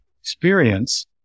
experience